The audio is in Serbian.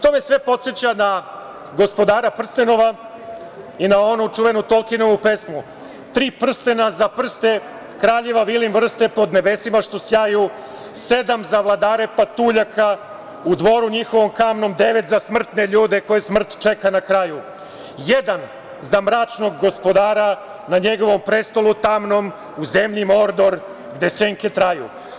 To me sve podseća na „Gospodara prstenova“, i na onu čuvenu Tolkinovu pesmu „Tri prstena za prste kraljeva vilin vrste“ - Pod nebesima što sjaju, sedam za vladare patuljaka u dvoru njihovom kamnom, devet za smrtne ljude koje smrt čeka na kraju, jedan za mračnog gospodara na njegovom prestolu tamnom u zemlji Mordor gde senke traju.